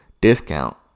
discount